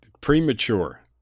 Premature